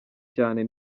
cyane